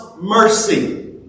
mercy